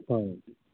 হয়